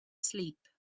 sleep